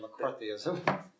McCarthyism